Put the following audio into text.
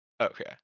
Okay